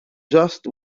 just